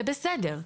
זה בסדר.